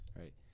right